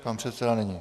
Pan předseda není.